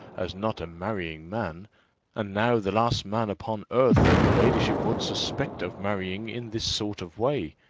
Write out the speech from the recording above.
as not a marrying man and now the last man upon earth that your ladyship would suspect of marrying in this sort of way!